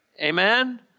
Amen